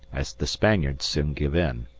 as the spaniards soon give in.